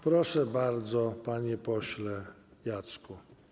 Proszę bardzo, panie pośle Jacku.